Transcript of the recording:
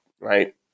right